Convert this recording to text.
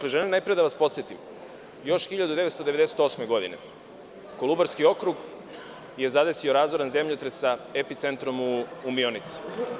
Želim najpre da vas podsetim, još 1998. godine Kolubarski okrug je zadesio razoran zemljotres sa epicentrom u Mionici.